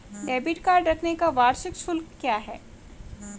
Debit card रखने का वार्षिक शुल्क क्या है?